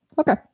okay